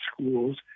schools